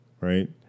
right